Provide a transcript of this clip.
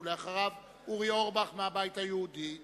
אחריו, אורי אורבך מהבית היהודי.